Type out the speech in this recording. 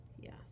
Yes